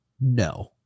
no